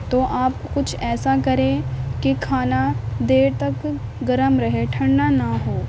تو آپ کچھ ایسا کریں کہ کھانا دیر تک گرم رہے ٹھنڈا نہ ہو